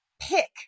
pick